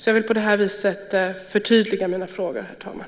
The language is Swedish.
Jag vill på det här viset förtydliga mina frågor, herr talman.